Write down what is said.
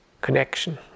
connection